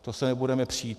To se nebudeme přít.